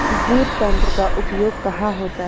Drip तंत्र का उपयोग कहाँ होता है?